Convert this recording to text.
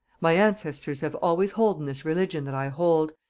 my ancestors have always holden this religion that i hold,